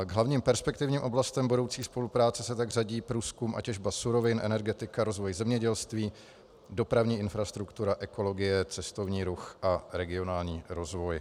K hlavním perspektivním oblastem budoucí spolupráce se tak řadí průzkum a těžba surovin, energetika, rozvoj zemědělství, dopravní infrastruktura, ekologie, cestovní ruch a regionální rozvoj.